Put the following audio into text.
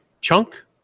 chunk